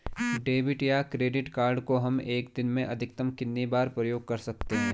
Debit या credit card को हम एक दिन में अधिकतम कितनी बार प्रयोग कर सकते हैं?